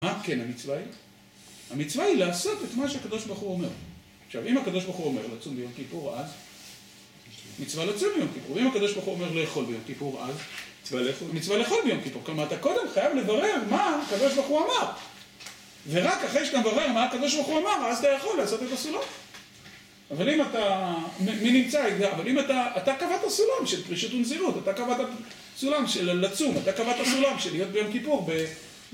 מה כן המצווה היא? המצווה היא לעשות את מה שהקדוש ברוך הוא אומר עכשיו אם הקדוש ברוך הוא אומר לצום ביום כיפור אז? מצווה לצום ביום כיפור ואם הקדוש ברוך הוא אומר לאכול ביום כיפור אז? מצווה לאכול המצווה לאכול ביום כיפור כלומר אתה קודם חייב לברר מה הקדוש ברוך הוא אמר ורק אחרי שאתה מברר מה הקדוש ברוך הוא אמר אז אתה יכול לעשות את הסולם אבל אם אתה מי נמצא יודע אבל אם אתה אתה קבעת את הסולם של פרישות ונזירות אתה קבע את הסולם של לצום אתה קבע את הסולם של להיות ביום כיפור